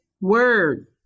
word